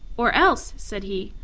or else, said he,